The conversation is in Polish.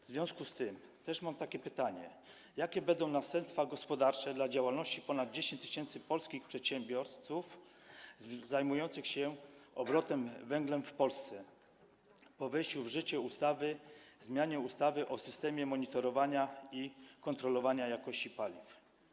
W związku z tym też mam takie pytanie: Jakie będą następstwa gospodarcze dla działalności ponad 10 tys. polskich przedsiębiorców zajmujących się obrotem węglem w Polsce po wejściu w życie ustawy o zmianie ustawy o systemie monitorowania i kontrolowania jakości paliw?